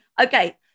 Okay